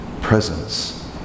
presence